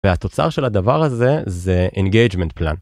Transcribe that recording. והתוצר של הדבר הזה זה engagement plan.